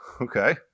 okay